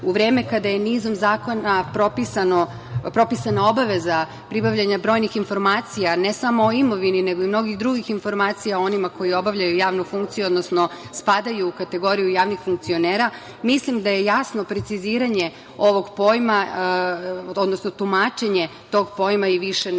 u vreme kada je nizom zakona propisana obaveza pribavljanja brojnih informacija ne samo o imovini, nego i mnogih drugih informacija o onima koji obavljaju javnu funkciju, odnosno spadaju u kategoriju javnih funkcionera, mislim da je jasno tumačenje ovog pojma i više nego